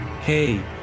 Hey